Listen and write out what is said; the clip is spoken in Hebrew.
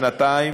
שנתיים,